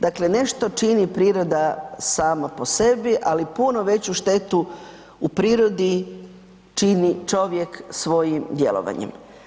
Dakle, nešto čini priroda sama po sebi, ali puno veću štetu u prirodi čini čovjek svojim djelovanjem.